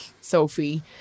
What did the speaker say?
Sophie